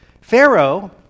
Pharaoh